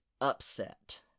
upset